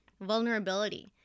Vulnerability